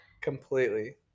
completely